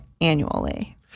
annually